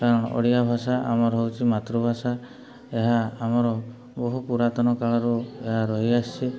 କାରଣ ଓଡ଼ିଆ ଭାଷା ଆମର ହେଉଛି ମାତୃଭାଷା ଏହା ଆମର ବହୁ ପୁରାତନ କାଳରୁ ଏହା ରହିଆସିଛି